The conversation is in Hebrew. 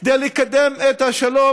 כדי לקדם את השלום.